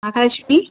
Mahalakshmi